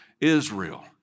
Israel